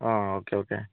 ആ okay okay